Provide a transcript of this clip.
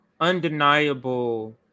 undeniable